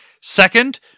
Second